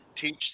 teach